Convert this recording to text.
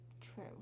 True